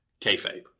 kayfabe